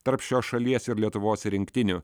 tarp šios šalies ir lietuvos rinktinių